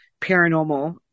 paranormal